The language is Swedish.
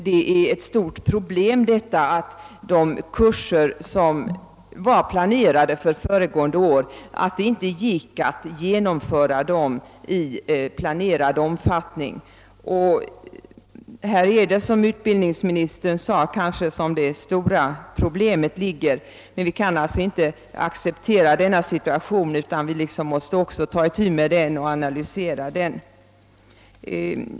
Det är ett stort problem, att de kurser som var planerade föregående år inte kunde genomföras i avsedd omfattning. Det är kanske på denna punkt, som utbildningsministern sade, som det stora problemet ligger. Vi kan emellertid inte acceptera den nuvarande situationen, utan måste också ta itu med och analysera orsakerna till denna.